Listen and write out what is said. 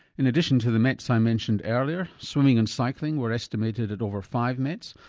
in addition to the mets i mentioned earlier swimming and cycling were estimated at over five mets,